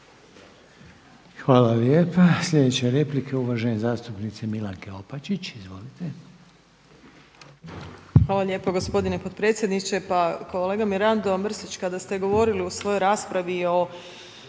Hvala lijepa. Sljedeća replika uvaženi zastupnice Milanke Opačić. Izvolite. **Opačić, Milanka (SDP)** Hvala lijepa gospodine potpredsjedniče. Pa kolega Mirando Mrsić kada ste govorili u svojoj raspravi o